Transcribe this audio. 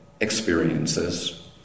experiences